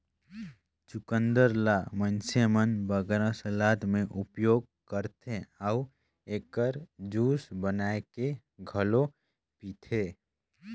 चुकंदर ल मइनसे मन बगरा सलाद में उपयोग करथे अउ एकर जूस बनाए के घलो पीथें